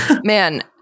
Man